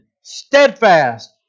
steadfast